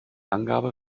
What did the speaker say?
angabe